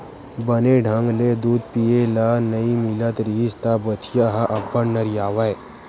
बने ढंग ले दूद पिए ल नइ मिलत रिहिस त बछिया ह अब्बड़ नरियावय